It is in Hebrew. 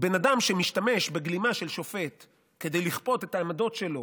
בן אדם שמשתמש בגלימה של שופט כדי לכפות את העמדות שלו,